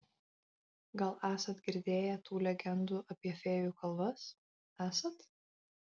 gal esat girdėję tų legendų apie fėjų kalvas esat